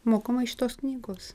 mokama iš tos knygos